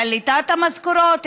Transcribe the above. העלתה את המשכורות,